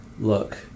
look